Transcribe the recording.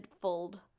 fold